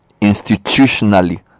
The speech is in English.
institutionally